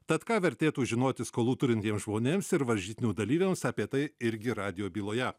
tad ką vertėtų žinoti skolų turintiems žmonėms ir varžytinių dalyviams apie tai irgi radijo byloje